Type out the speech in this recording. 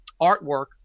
artwork